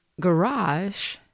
garage